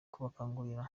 kubakangurira